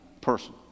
person